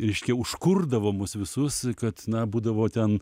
reiškia užkurdavo mus visus kad na būdavo ten